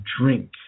drink